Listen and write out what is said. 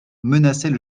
menaçaient